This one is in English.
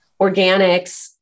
organics